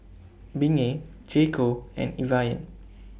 Bengay J Co and Evian